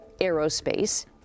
aerospace